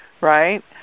right